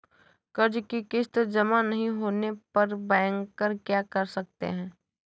कर्ज कि किश्त जमा नहीं होने पर बैंकर क्या कर सकते हैं?